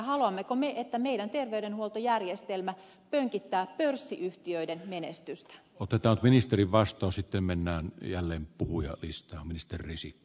haluammeko me että meidän terveydenhuoltojärjestelmämme pönkittää pörssiyhtiöiden menestystä oteta ministeri vasta sitten mennään jälleen puhui riistaa ministeriksi